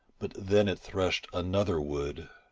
but then it threshed another wood.